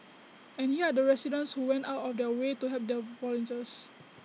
and here are the residents who went out of their way to help the volunteers